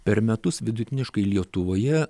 per metus vidutiniškai lietuvoje